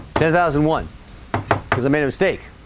ten thousand one because i made a mistake